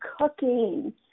cooking